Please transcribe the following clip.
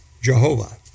Jehovah